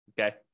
okay